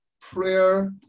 prayer